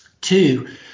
Two